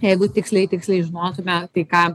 jeigu tiksliai tiksliai žinotume tai ką